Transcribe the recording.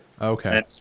Okay